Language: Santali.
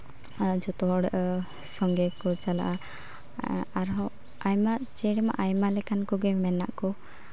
ᱟᱨ ᱡᱚᱛᱚ ᱦᱚᱲ ᱥᱚᱸᱜᱮ ᱠᱚ ᱪᱟᱞᱟᱜᱼᱟ ᱟᱨᱦᱚᱸ ᱪᱮᱬᱮ ᱢᱟ ᱟᱭᱢᱟ ᱞᱮᱠᱟᱱ ᱠᱚᱜᱮ ᱢᱮᱱᱜ ᱠᱚ